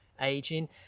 aging